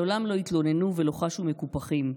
מעולם לא התלוננו ולא חשו מקופחים.